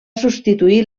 substituir